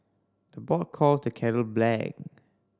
the pot calls the kettle black